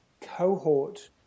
cohort